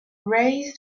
raised